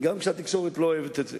גם כשהתקשורת לא אוהבת את זה.